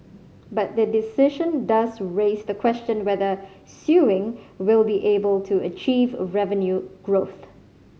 but the decision does raise the question whether Sewing will be able to achieve revenue growth